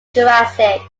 jurassic